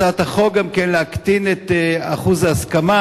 מוצע בהצעת החוק גם להקטין את אחוז ההסכמה,